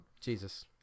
Jesus